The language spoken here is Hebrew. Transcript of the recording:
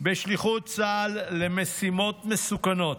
בשליחות צה"ל למשימות מסוכנות